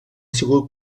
sigut